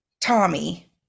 Tommy